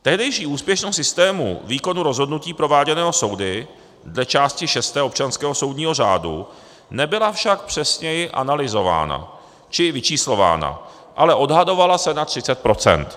Tehdejší úspěšnost systému výkonu rozhodnutí, prováděného soudy dle části šesté občanského soudního řádu nebyla však přesněji analyzována či vyčíslována, ale odhadovala se na 30 procent.